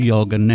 Yoga